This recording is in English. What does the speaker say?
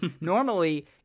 normally